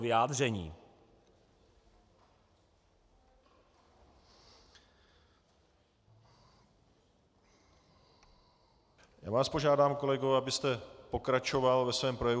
Já vás požádám, kolegové..., abyste pokračoval ve svém projevu.